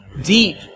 deep